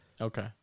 Okay